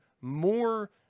more